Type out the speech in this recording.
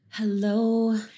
Hello